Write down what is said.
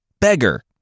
Beggar